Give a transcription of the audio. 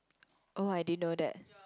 oh I didn't know that